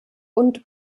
und